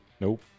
Nope